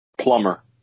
Plumber